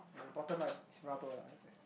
you have the bottom it's rubber lah I guess